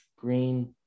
green